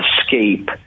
escape